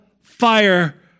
fire